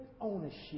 ownership